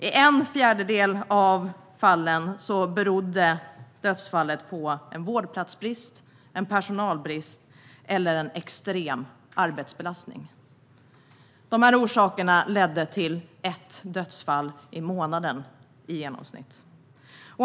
I en fjärdedel av fallen berodde dödsfallet på vårdplatsbrist, personalbrist eller extrem arbetsbelastning. De här orsakerna ledde till i genomsnitt ett dödsfall i månaden.